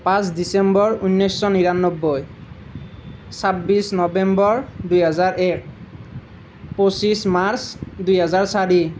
পাঁচ ডিচেম্বৰ ঊনৈছশ নিৰান্নব্বৈ ছাব্বিছ নৱেম্বৰ দুহেজাৰ এক পঁচিছ মাৰ্চ দুহেজাৰ চাৰি